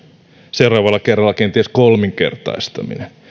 seuraavalla kerralla kenties kolminkertaistaminen